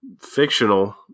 fictional